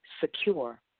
secure